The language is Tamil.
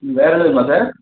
ம் வேறு ஏதும் வேணுமா சார்